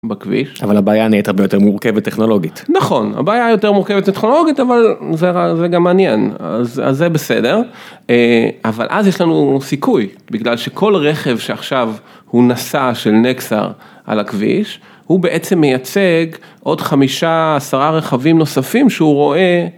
בכביש אבל הבעיה נהייתה ביותר מורכבת טכנולוגית נכון הבעיה יותר מורכבת טכנולוגית אבל זה גם מעניין אז זה בסדר אבל אז יש לנו סיכוי בגלל שכל רכב שעכשיו, הוא נשא של נקסאר על הכביש הוא בעצם מייצג עוד חמישה עשרה רכבים נוספים שהוא רואה.